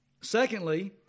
Secondly